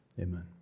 Amen